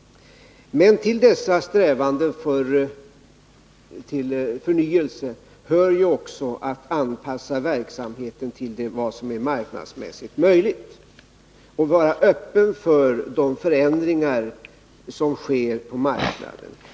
Men till dessa strävanden till förnyelse hör också att anpassa verksamheten till vad som är mårknådsmässigt möjligt och vara öppen för de förändringar som sker på marknaden.